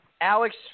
Alex